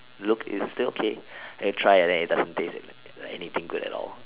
look it is still k and try and then it doesn't taste anything good at all